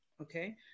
okay